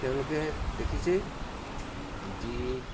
তেওঁলোকে দেখিছেই যি